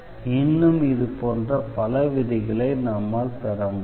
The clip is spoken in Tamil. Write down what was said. இன்னும் இதுபோன்ற பல விதிகளை நம்மால் பெற முடியும்